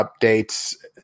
updates